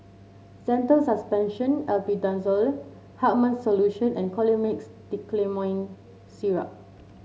Zental Suspension Albendazole Hartman's Solution and Colimix Dicyclomine Syrup